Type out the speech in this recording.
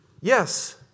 Yes